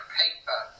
paper